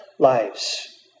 Lives